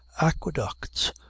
aqueducts